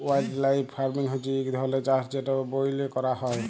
wildlife farming হছে ইক ধরলের চাষ যেট ব্যইলে ক্যরা হ্যয়